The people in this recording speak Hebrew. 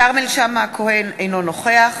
כרמל שאמה-הכהן, אינו נוכח